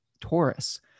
Taurus